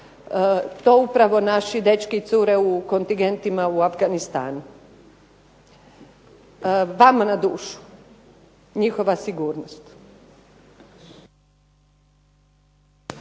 to upravo naši dečki i cure u kontingentima u Afganistanu. Vama na dušu njihova sigurnost.